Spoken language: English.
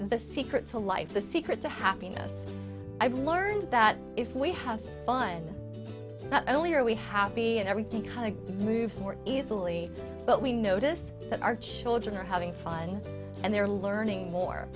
the secret to life the secret to happiness i've learned that if we have fun not only are we happy and everything kind of moves more easily but we notice that our children are having fun and they're learning more